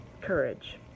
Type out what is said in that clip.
courage